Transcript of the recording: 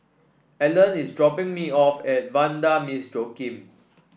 Allan is dropping me off at Vanda Miss Joaquim